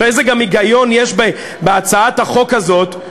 איזה היגיון יש בהצעת החוק הזאת,